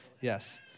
Yes